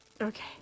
Okay